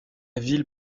ville